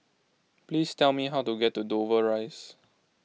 please tell me how to get to Dover Rise